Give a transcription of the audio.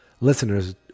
listeners